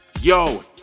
Yo